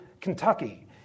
Kentucky